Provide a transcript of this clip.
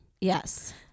yes